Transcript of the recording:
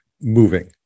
moving